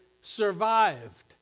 survived